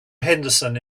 henderson